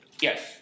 Yes